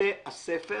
שבבתי הספר